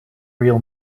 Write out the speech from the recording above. real